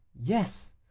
Yes